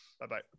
Bye-bye